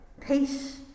Peace